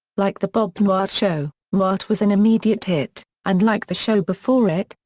like the bob newhart show, newhart was an immediate hit, and like the show before it,